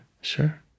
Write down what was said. sure